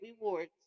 rewards